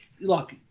look